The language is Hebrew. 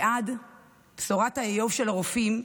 ועד בשורת האיוב של הרופאים,